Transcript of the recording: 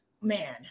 Man